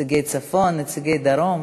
נציגי צפון, נציגי דרום.